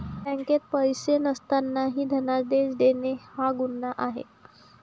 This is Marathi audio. बँकेत पैसे नसतानाही धनादेश देणे हा गुन्हा आहे